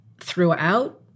throughout